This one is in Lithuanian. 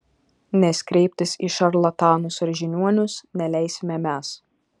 nes kreiptis į šarlatanus ar žiniuonius neleisime mes